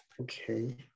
okay